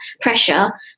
pressure